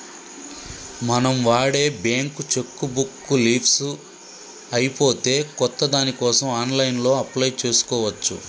మనం వాడే bank cheque book leafs అయిపోతే కొత్త దానికోసం ఆన్లైన్లో అప్లై చేసుకోవచ్చు